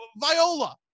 Viola